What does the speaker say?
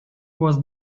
was